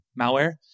malware